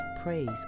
Praise